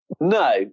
No